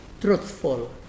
truthful